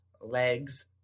legs